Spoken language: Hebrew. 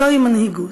זוהי מנהיגות.